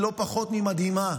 היא לא פחות ממדהימה,